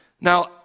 Now